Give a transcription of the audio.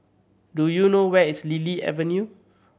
do you know where is Lily Avenue